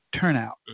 turnout